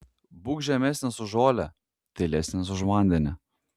būk žemesnis už žolę tylesnis už vandenį